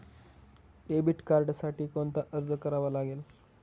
Debit कार्डसाठी कोणता अर्ज करावा लागेल?